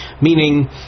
meaning